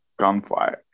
gunfight